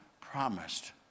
promised